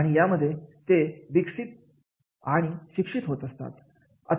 आणि यामधून ते विकसित आणि शिक्षित होत असतात